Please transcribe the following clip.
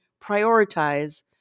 prioritize